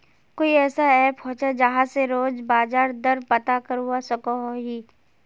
कोई ऐसा ऐप होचे जहा से रोज बाजार दर पता करवा सकोहो ही?